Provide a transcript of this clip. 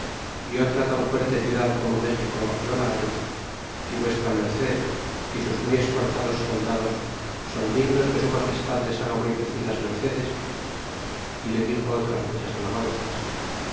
y otra tan fuerte ciudad como méxico no la hay y v merced y sus muy esforzados soldados son dignos que su magestad les haga muy crecidas mercedes y le dixo otras muchas alabanzas